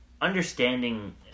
understanding